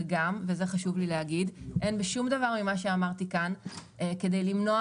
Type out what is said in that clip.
וגם וחשוב לי לומר אין בשום דבר ממה שאמרתי כאן כדי למנוע